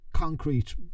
concrete